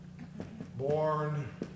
born